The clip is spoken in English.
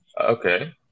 Okay